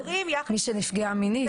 מי שנפגעה מינית.